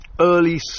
early